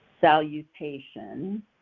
salutation